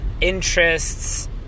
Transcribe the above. interests